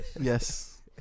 Yes